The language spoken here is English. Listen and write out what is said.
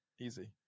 Easy